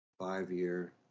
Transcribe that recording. five-year